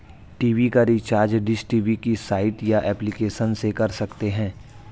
TV का recharge dish TV की site या एप्लीकेशन से कर सकते है